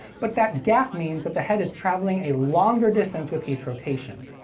but that gap means that the head is travelling a longer distance with each rotation.